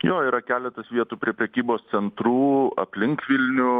jo yra keletas vietų prie prekybos centrų aplink vilnių